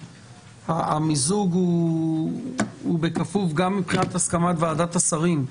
המיזוג הוא גם בכפוף להסכמת ועדת השרים,